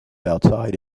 outside